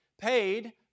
paid